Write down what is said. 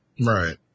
Right